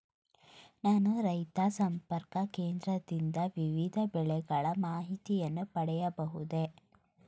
ನಾನು ರೈತ ಸಂಪರ್ಕ ಕೇಂದ್ರದಿಂದ ವಿವಿಧ ಬೆಳೆಗಳ ಮಾಹಿತಿಯನ್ನು ಪಡೆಯಬಹುದೇ?